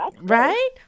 right